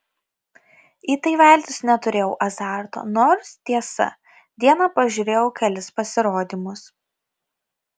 į tai veltis neturėjau azarto nors tiesa dieną pažiūrėjau kelis pasirodymus